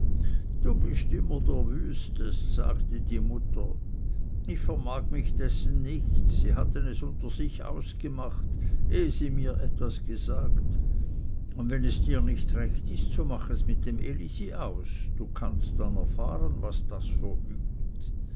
du bist immer der wüstest sagte die mutter ich vermag mich dessen nichts sie hatten es unter sich ausgemacht ehe sie mir etwas gesagt und wenn es dir nicht recht ist so mach es mit dem elisi aus du kannst dann erfahren was das verübt